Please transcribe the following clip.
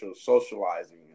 socializing